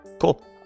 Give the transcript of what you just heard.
Cool